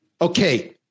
Okay